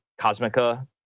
Cosmica